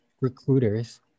recruiters